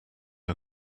are